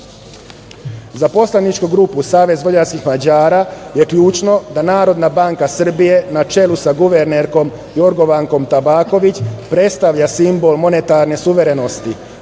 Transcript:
poslaničku grupu SVM je ključno da Narodna banka Srbije na čelu sa guvernerkom Jorgovankom Tabaković predstavlja simbol monetarne suverenosti,